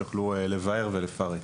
שיוכלו לבאר ולפרט.